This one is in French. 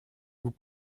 vous